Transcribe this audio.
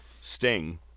Sting